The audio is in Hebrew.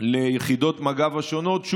ליחידות מג"ב השונות,